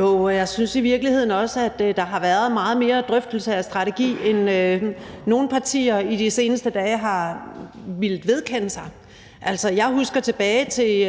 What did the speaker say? og jeg synes i virkeligheden også, at der har været meget mere drøftelse af strategi, end nogle partier i de seneste dage har villet vedkende sig. Jeg husker tilbage